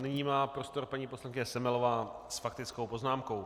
Nyní má prostor paní poslankyně Semelová s faktickou poznámkou.